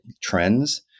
trends